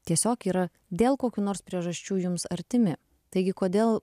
tiesiog yra dėl kokių nors priežasčių jums artimi taigi kodėl